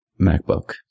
MacBook